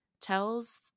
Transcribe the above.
tells